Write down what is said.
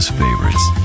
favorites